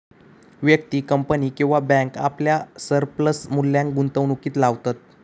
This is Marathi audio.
व्यक्ती, कंपनी किंवा बॅन्क आपल्या सरप्लस मुल्याक गुंतवणुकीत लावतत